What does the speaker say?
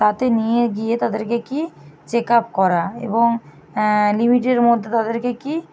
তাতে নিয়ে গিয়ে তাদেরকে কি চেকআপ করা এবং লিমিটের মধ্যে তাদেরকে কি